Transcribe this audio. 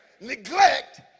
Neglect